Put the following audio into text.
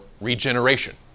regeneration